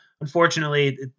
unfortunately